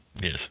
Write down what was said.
Yes